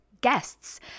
guests